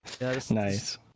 Nice